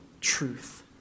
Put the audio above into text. truth